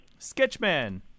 Sketchman